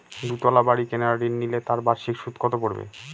দুতলা বাড়ী কেনার ঋণ নিলে তার বার্ষিক সুদ কত পড়বে?